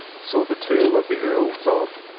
saw the tombs of the earls of